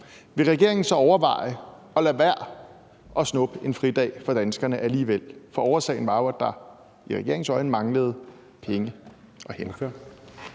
vil regeringen så overveje at lade være med at snuppe en fridag fra danskerne alligevel? For årsagen var jo, at der i regeringens øjne manglede penge og hænder.